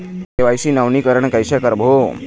KYC नवीनीकरण कैसे करबो?